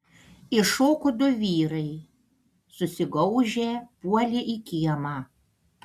iššoko du vyrai susigaužę puolė į kiemą